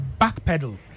backpedal